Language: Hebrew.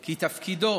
כי תפקידו